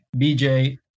bj